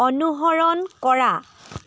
অনুসৰণ কৰা